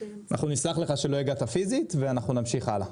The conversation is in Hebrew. אנחנו נסלח לך שלא הגעת פיזית, ואנחנו נמשיך הלאה.